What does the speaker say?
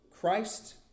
Christ